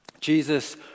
Jesus